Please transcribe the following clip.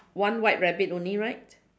one white rabbit only right